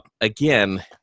Again